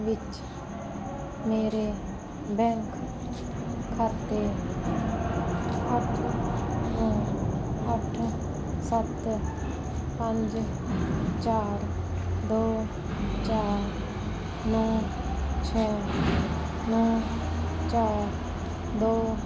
ਵਿੱਚ ਮੇਰੇ ਬੈਂਕ ਖਾਤੇ ਅੱਠ ਨੌਂ ਅੱਠ ਸੱਤ ਪੰਜ ਚਾਰ ਦੋ ਚਾਰ ਨੌਂ ਛੇ ਨੌਂ ਚਾਰ ਦੋ